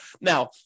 Now